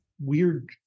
weird